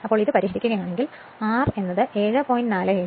അതിനാൽ ഇത് പരിഹരിക്കുകയാണെങ്കിൽ യഥാർത്ഥത്തിൽ R 7